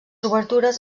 obertures